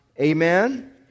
Amen